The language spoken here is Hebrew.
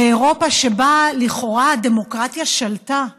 באירופה שבה לכאורה הדמוקרטיה שלטה.